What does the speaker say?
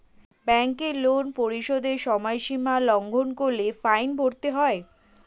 ব্যাংকের লোন পরিশোধের সময়সীমা লঙ্ঘন করলে ফাইন ভরতে হয়